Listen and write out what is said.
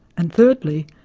and thirdly,